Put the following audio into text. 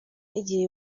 igihe